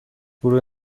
گروه